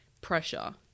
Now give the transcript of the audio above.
pressure